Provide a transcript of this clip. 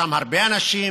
יושב-ראש הישיבה הזאת,